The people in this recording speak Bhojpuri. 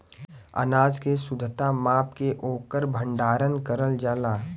अनाज के शुद्धता माप के ओकर भण्डारन करल जाला